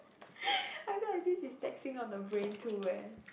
I feel like this is taxing on the brain too eh